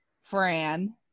Fran